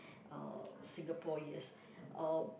uh Singapore yes uh